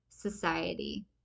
Society